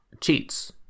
cheats